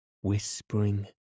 whispering